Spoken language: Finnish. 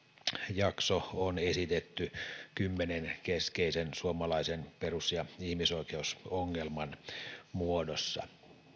jakso on esitetty kymmenen keskeisen suomalaisen perus ja ihmisoikeusongelman muodossa